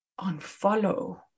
unfollow